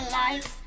life